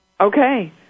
Okay